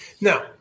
Now